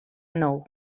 nou